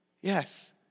Yes